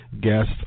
guest